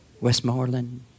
Westmoreland